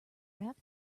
raft